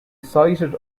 cited